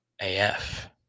AF